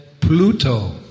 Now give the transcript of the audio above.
Pluto